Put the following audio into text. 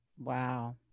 Wow